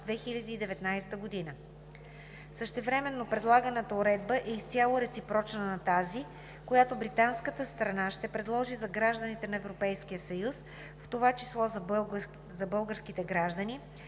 2019 г. Същевременно предлаганата уредба е изцяло реципрочна на тази, която британската страна ще предложи за гражданите на Европейския съюз, в това число за българските граждани,